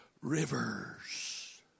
rivers